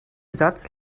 satz